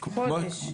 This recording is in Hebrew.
חודש.